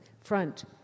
front